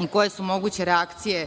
i koje su moguće reakcije